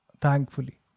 thankfully